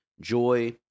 joy